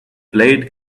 blade